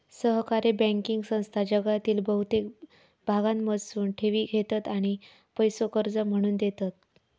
सहकारी बँकिंग संस्था जगातील बहुतेक भागांमधसून ठेवी घेतत आणि पैसो कर्ज म्हणून देतत